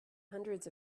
hundreds